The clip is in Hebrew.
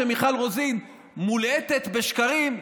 כשמיכל רוזין מולעטת בשקרים,